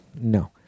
No